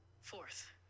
Fourth